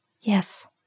Yes